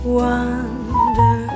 wonder